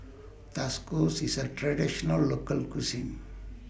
IS A Traditional Local Cuisine